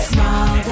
Small